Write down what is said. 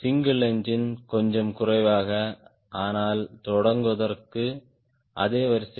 single engine கொஞ்சம் குறைவாக ஆனால் தொடங்குவதற்கு அதே வரிசை